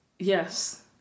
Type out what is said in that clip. Yes